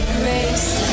grace